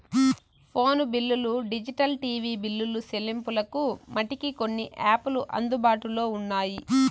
phone బిల్లులు digital TV బిల్లులు సెల్లింపులకు మటికి కొన్ని యాపులు అందుబాటులో ఉంటాయి